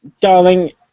Darling